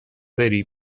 بری